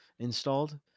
installed